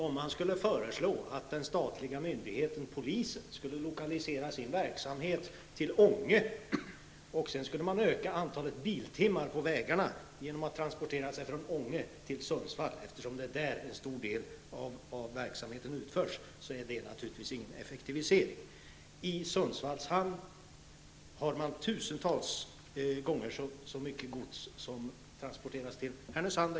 Om man skulle föreslå att den statliga myndigheten polisen i Sundsvalls kommun skulle lokalisera sin verksamhet till Ånge och sedan öka antalet biltimmar på vägarna genom transporter från Ånge till Sundsvall, där en stor del av verksamheten utförs, är det naturligtvis inte någon effektivisering. I Sundsvalls hamn hanteras flera tusentals ton gods, som transporteras till exempelvis Härnösand.